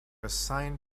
assigned